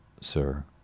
Sir